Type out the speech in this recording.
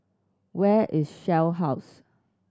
where is Shell House